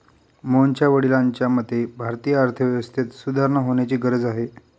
मोहनच्या वडिलांच्या मते, भारतीय अर्थव्यवस्थेत सुधारणा होण्याची गरज आहे